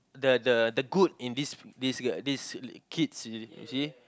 the the the good in this this uh this kids you you see